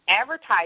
Advertising